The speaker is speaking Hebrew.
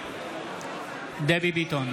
נגד דבי ביטון,